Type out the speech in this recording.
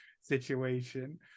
situation